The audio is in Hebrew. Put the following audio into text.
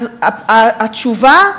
אז התשובה,